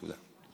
תודה.